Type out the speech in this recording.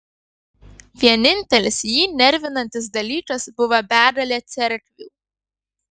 vienintelis jį nervinantis dalykas buvo begalė cerkvių